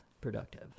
productive